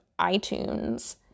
iTunes